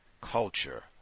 culture